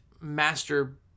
master